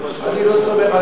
אני לא סומך,